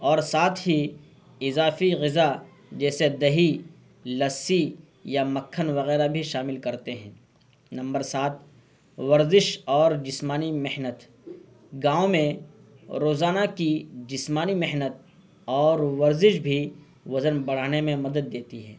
اور ساتھ ہی اضافی غذا جیسے دہی لسی یا مکھن وغیرہ بھی شامل کرتے ہیں نمبر سات ورزش اور جسمانی محنت گاؤں میں روزانہ کی جسمانی محنت اور ورزش بھی وزن بڑھانے میں مدد دیتی ہے